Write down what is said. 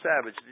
Savage